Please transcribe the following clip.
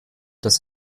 dass